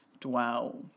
dwell